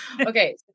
Okay